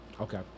Okay